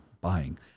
buying